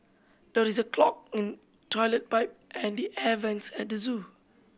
there is a clog in toilet pipe and the air vents at the zoo